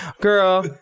Girl